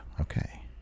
Okay